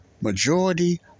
Majority